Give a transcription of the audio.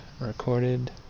recorded